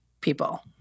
people